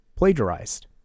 plagiarized